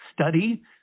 study